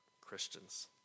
Christians